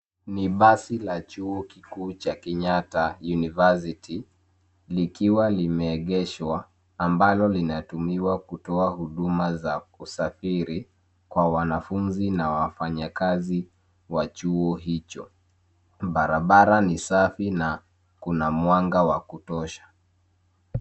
Ni basi la chuo kikuu cha Kenyatta University. Likiwa limeegeshwa ambalo linatumuwa kutowa huduma za kusafiri kwa wanafunzi na wafanyakazi wa chuo hicho. Barabara ni safi na kuna mwanga wa kutosha.